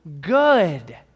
good